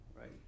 right